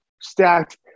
stacked